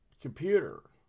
computer